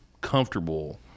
comfortable